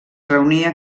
reunia